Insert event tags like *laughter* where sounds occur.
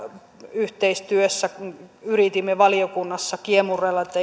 yhteistyössä yritimme valiokunnassa kiemurrella että *unintelligible*